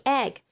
egg 。